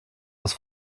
aus